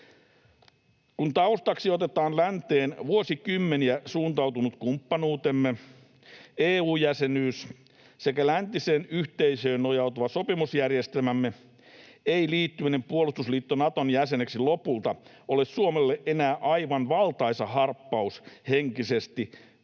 Kun taustaksi otetaan länteen vuosikymmeniä suuntautunut kumppanuutemme, EU-jäsenyys sekä läntiseen yhteisöön nojautuva sopimusjärjestelmämme, ei liittyminen puolustusliitto Naton jäseneksi lopulta ole Suomelle enää aivan valtaisa harppaus henkisesti,